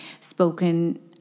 spoken